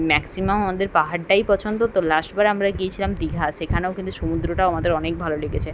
maximum আমাদের পাহাড়টাই পছন্দ তো লাস্টবার আমরা গিয়েছিলাম দীঘা সেখানেও কিন্তু সমুদ্রটাও আমাদের অনেক ভালো লেগেছে